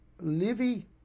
Livy